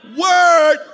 word